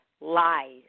lies